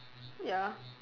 ya